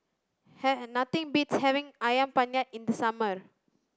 have nothing beats having ayam penyet in the summer